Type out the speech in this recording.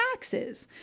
taxes